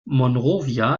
monrovia